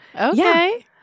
Okay